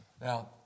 Now